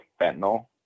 fentanyl